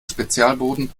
spezialboden